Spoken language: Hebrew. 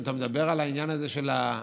אם אתה מדבר על העניין הזה של המגדריות,